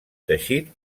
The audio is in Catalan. teixit